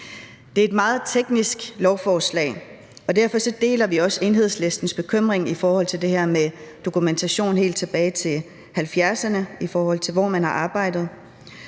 Det er et meget teknisk lovforslag, og derfor deler vi også Enhedslistens bekymring i forhold til det her med dokumentation helt tilbage 1970'erne for, hvor man har arbejdet,